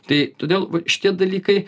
tai todėl va šitie dalykai